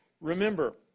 Remember